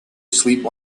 sleep